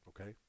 Okay